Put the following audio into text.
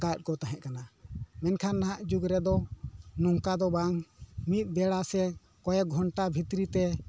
ᱞᱟᱜᱟᱣᱮᱫ ᱠᱚ ᱛᱟᱦᱮᱸ ᱠᱟᱱᱟ ᱢᱮᱱᱠᱷᱟᱱ ᱱᱟᱦᱟᱜ ᱡᱩᱜᱽ ᱨᱮᱫᱚ ᱱᱚᱝᱠᱟ ᱫᱚ ᱵᱟᱝ ᱢᱤᱫ ᱵᱮᱲᱟ ᱥᱮ ᱠᱚᱭᱮᱠ ᱜᱷᱚᱱᱴᱟ ᱵᱷᱤᱛᱨᱤ ᱛᱮ